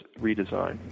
redesign